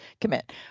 commit